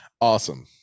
awesome